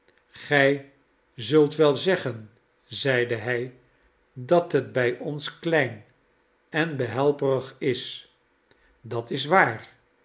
gij zult wel zeggen zeide hij dat het bij ons klein en behelperig is dat is waar